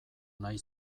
nahi